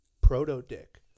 proto-dick